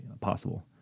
possible